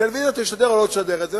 הטלוויזיה תשדר או לא תשדר את זה,